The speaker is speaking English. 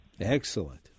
Excellent